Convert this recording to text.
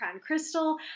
crystal